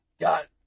Got